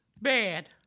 Bad